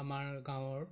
আমাৰ গাঁৱৰ